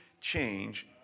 change